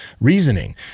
reasoning